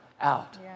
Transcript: out